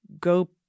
go –